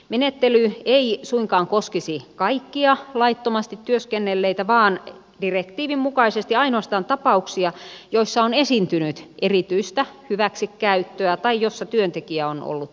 menettely ei suinkaan koskisi kaikkia laittomasti työskennelleitä vaan direktiivin mukaisesti ainoastaan tapauksia joissa on esiintynyt erityistä hyväksikäyttöä tai joissa työntekijä on ollut alaikäinen